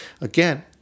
Again